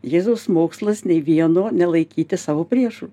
jėzaus mokslas nei vieno nelaikyti savo priešu